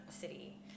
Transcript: city